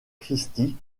christi